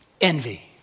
Envy